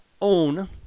own